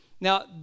Now